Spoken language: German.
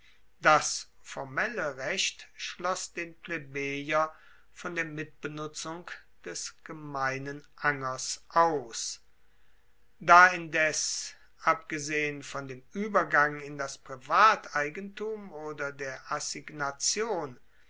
das formelle recht schloss den plebejer von der mitbenutzung des gemeinen angers aus da indes abgesehen von dem uebergang in das privateigentum oder der